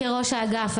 כראש האגף,